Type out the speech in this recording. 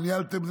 וניהלתם,